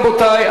רבותי,